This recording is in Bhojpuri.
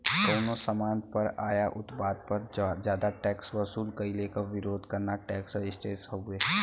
कउनो सामान पर या उत्पाद पर जादा टैक्स वसूल कइले क विरोध करना टैक्स रेजिस्टेंस हउवे